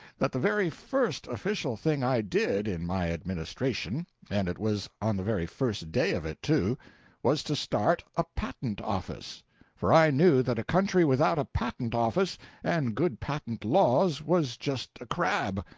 that the very first official thing i did, in my administration and it was on the very first day of it, too was to start a patent office for i knew that a country without a patent office and good patent laws was just a crab,